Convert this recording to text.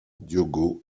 diogo